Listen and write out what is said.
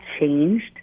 changed